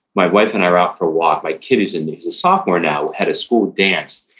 my wife and i were out for a walk. my kid, he's and he's a sophomore now, at a school dance,